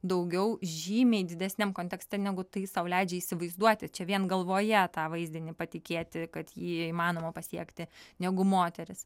daugiau žymiai didesniam kontekste negu tai sau leidžia įsivaizduoti čia vien galvoje tą vaizdinį patikėti kad jį įmanoma pasiekti negu moterys